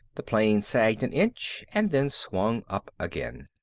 the plane sagged an inch and then swung up again.